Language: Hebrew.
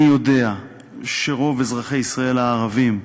אני יודע שרוב אזרחי ישראל הערבים,